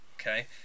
Okay